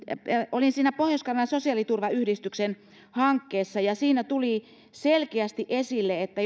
olin siinä pohjois karjalan sosiaaliturvayhdistyksen hankkeessa ja siinä tuli selkeästi esille että